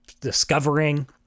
discovering